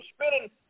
spinning